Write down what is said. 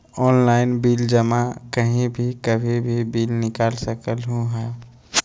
Online bill जमा कहीं भी कभी भी बिल निकाल सकलहु ह?